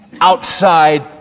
outside